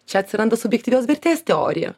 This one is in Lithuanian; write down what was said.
čia atsiranda subjektyvios vertės teorija